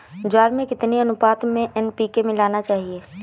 ज्वार में कितनी अनुपात में एन.पी.के मिलाना चाहिए?